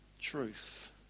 truth